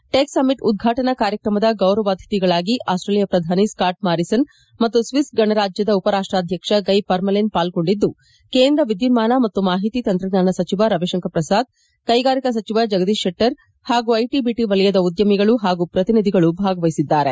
tech summit ಉದ್ವಾಟನಾ ಕಾರ್ಯಕ್ರಮದ ಗೌರವ ಅತಿಥಿಗಳಾಗಿ ಆಸ್ಟ್ರೇಲಿಯಾ ಪ್ರಧಾನಿ ಸ್ಕಾಟ್ ಮಾರಿಸನ್ ಮತ್ತು ಸ್ವಿಸ್ ಗಣರಾಜ್ಯದ ಉಪರಾಷ್ಟಾಧ್ಯಕ್ಷ ಗೈ ಪರ್ಮೆಲಿನ್ ಪಾಲ್ಗೊಂಡಿದ್ದು ಕೇಂದ್ರ ವಿದ್ಯುನ್ಮಾನ ಮತ್ತು ಮಾಹಿತಿ ತಂತ್ರಜ್ಞಾನ ಸಚಿವ ರವಿಶಂಕರ್ ಪ್ರಸಾದ್ ಕೈಗಾರಿಕಾ ಸಚಿವ ಜಗದೀಶ್ ಶೆಟ್ಟರ್ ಹಾಗೂ ಐಟಿ ಬಿಟಿ ವಲಯದ ಉದ್ಯಮಿಗಳು ಹಾಗೂ ಪ್ರತಿನಿಧಿಗಳು ಭಾಗವಹಿಸಿದ್ದಾರೆ